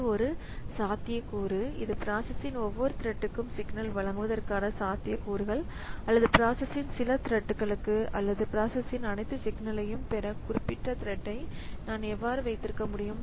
இது ஒரு சாத்தியக்கூறு இது பிராசஸ்ன் ஒவ்வொரு த்ரெட்க்கும் சிக்னல் வழங்குவதற்கான சாத்தியக்கூறுகள் அல்லது பிராசஸ்ன் சில த்ரெட்களுக்கு அல்லது ஒரு பிராசஸ்ன் அனைத்து சிக்னலையும் பெற குறிப்பிட்ட த்ரெட்டை நான் எவ்வாறு வைத்திருக்க முடியும்